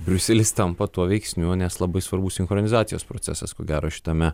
briuselis tampa tuo veiksniu nes labai svarbus sinchronizacijos procesas ko gero šitame